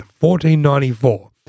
1494